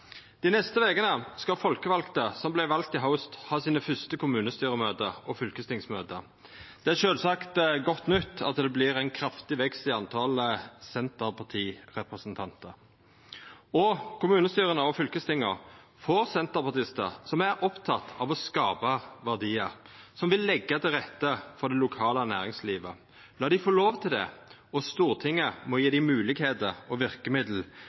Dei neste vekene skal dei folkevalde som vart valde i haust, ha sine første kommunestyremøte og fylkestingsmøte. Det er sjølvsagt godt nytt at det vert ein kraftig vekst i talet på Senterparti-representantar. Kommunestyra og fylkestinga får senterpartistar som er opptekne av å skapa verdiar, og som vil leggja til rette for det lokale næringslivet. La dei få lov til det. Og Stortinget må gje dei moglegheiter og verkemiddel